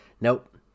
Nope